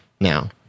now